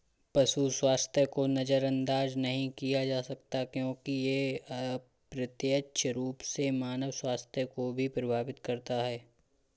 पशु स्वास्थ्य को नजरअंदाज नहीं किया जा सकता क्योंकि यह अप्रत्यक्ष रूप से मानव स्वास्थ्य को भी प्रभावित करता है